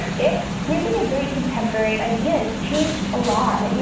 it's really a very contemporary idea. it's changed a lot. yeah